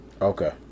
Okay